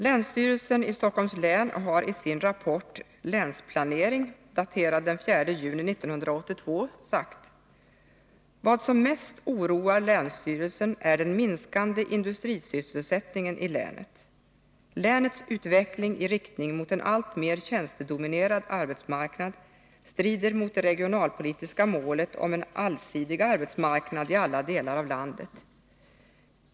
Länsstyrelsen i Stockholms län har i sin rapport Länsplanering den 4 juni 1982 sagt: ”Vad som mest oroar länsstyrelsen är den minskande industrisysselsättningen i länet. Länets utveckling i riktning mot en alltmer tjänstedominerad arbetsmarknad strider mot det regionalpolitiska målet om en allsidig arbetsmarknad i alla delar av landet.